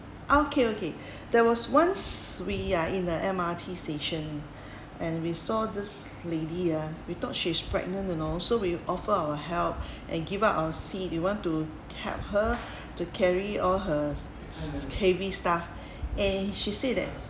okay okay there was once we are in a M_R_T station and we saw this lady ah we thought she's pregnant you know so we offer our help and give up our seat we want to help her to carry all her heavy stuff and she said that